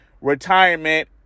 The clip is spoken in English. retirement